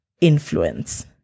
influence